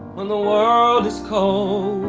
when the world is cold.